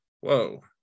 whoa